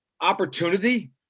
opportunity